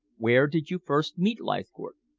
where did you first meet leithcourt?